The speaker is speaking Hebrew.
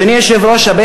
אדוני היושב-ראש,